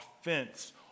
offense